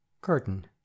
Curtain